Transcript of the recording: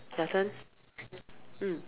your turn mm